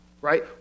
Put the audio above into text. right